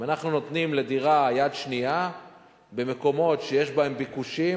אם אנחנו נותנים לדירה יד שנייה במקומות שיש בהם ביקושים,